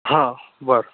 हा बरं